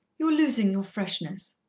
you are losing your freshness.